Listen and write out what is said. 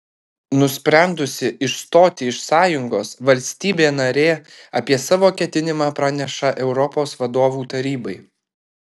nusprendusi išstoti iš sąjungos valstybė narė apie savo ketinimą praneša europos vadovų tarybai